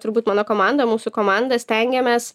turbūt mano komanda mūsų komanda stengiamės